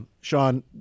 Sean